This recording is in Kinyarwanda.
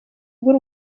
bw’u